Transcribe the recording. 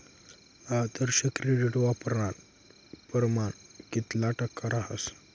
आदर्श credit वापरानं परमाण कितला टक्का रहास